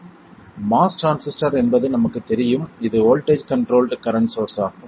MOS transistor என்பது நமக்குத் தெரியும் இது வோல்ட்டேஜ் கண்ட்ரோல்ட் கரண்ட் சோர்ஸ் ஆகும்